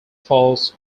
falls